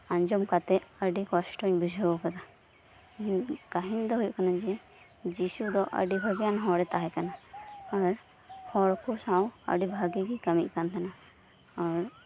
ᱟᱸᱡᱚᱢ ᱠᱟᱛᱮᱫ ᱟᱰᱤ ᱠᱚᱥᱴᱚᱧ ᱵᱩᱡᱷᱟᱹᱣ ᱠᱟᱫᱟ ᱚᱱᱟ ᱠᱟᱦᱤᱱᱤ ᱫᱚ ᱦᱳᱭᱳᱜ ᱠᱟᱱᱟ ᱡᱮ ᱡᱤᱥᱩ ᱫᱚ ᱟᱰᱤ ᱵᱷᱟᱜᱮᱭᱟᱱ ᱦᱚᱲᱮ ᱛᱟᱦᱮᱸ ᱠᱟᱱᱟ ᱟᱨ ᱦᱚᱲ ᱠᱚ ᱥᱟᱶ ᱟᱰᱤ ᱵᱷᱟᱜᱮ ᱜᱮ ᱠᱟᱢᱤᱭᱮᱫ ᱠᱟᱱ ᱛᱟᱦᱮᱱᱟ ᱟᱨ